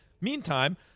Meantime